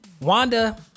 wanda